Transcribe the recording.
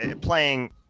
playing